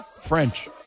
French